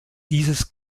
dieses